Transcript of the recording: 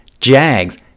Jags